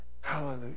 Hallelujah